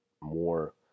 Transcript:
more